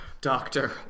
Doctor